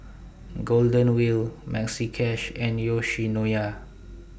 Golden Wheel Maxi Cash and Yoshinoya